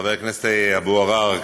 חבר הכנסת אבו עראר,